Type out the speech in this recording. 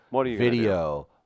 video